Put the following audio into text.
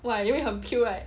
why 因为很 cute right